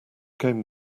came